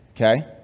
Okay